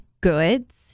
goods